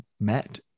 met